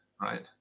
right